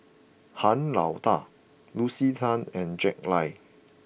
Han Lao Da Lucy Tan and Jack Lai